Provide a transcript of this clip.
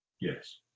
yes